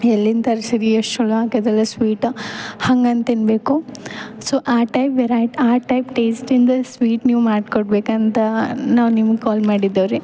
ಎಲ್ಲಿಂದ ತರಿಸಿರಿ ಎಷ್ಟ್ ಛಲೋ ಆಗದ್ಯಲ್ಲ ಸ್ವೀಟ ಹಂಗಂತನ್ಬೇಕು ಸೊ ಆ ಟೈಪ್ ವೆರೈಟ್ ಆ ಟೈಪ್ ಟೇಸ್ಟಿಂದ ಸ್ವೀಟ್ ನೀವು ಮಾಡ್ಕೊಡಬೇಕಂತ ನಾವು ನಿಮ್ಗೆ ಕಾಲ್ ಮಾಡಿದ್ದೆವ್ರಿ